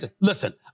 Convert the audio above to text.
Listen